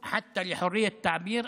בחסות המשטרה השבדית,